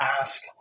ask